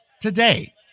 today